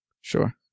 Sure